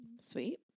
sweet